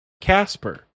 Casper